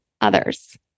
others